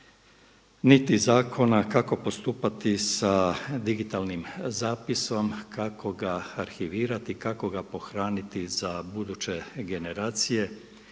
niti zakona kako postupati sa digitalnim zapisom, kako ga arhivirati, kako ga pohraniti za buduće generacije.